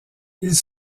ils